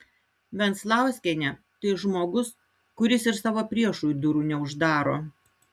venclauskienė tai žmogus kuris ir savo priešui durų neuždaro